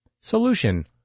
Solution